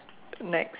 next